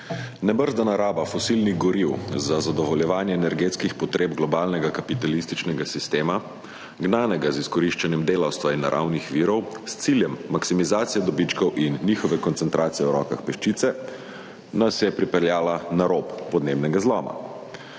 Nebrzdana raba fosilnih goriv za zadovoljevanje energetskih potreb globalnega kapitalističnega sistema, gnanega z izkoriščanjem delavstva in naravnih virov s ciljem maksimizacije dobičkov in njihove koncentracije v rokah peščice, nas je pripeljala na rob podnebnega zloma.